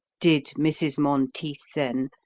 did mrs. monteith, then,